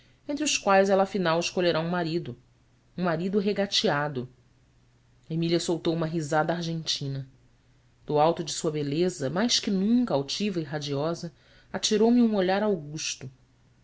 entre os quais ela afinal escolherá um marido um marido regateado emília soltou uma risada argentina do alto de sua beleza mais que nunca altiva e radiosa atirou me um olhar augusto